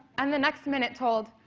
and the next minute told,